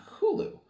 Hulu